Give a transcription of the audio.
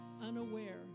unaware